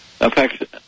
affects